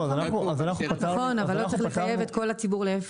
-- נכון, אבל לא צריך לחייב את כל הציבור, להיפך.